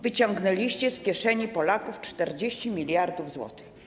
Wyciągnęliście z kieszeni Polaków 40 mld zł.